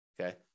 okay